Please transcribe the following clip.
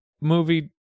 movie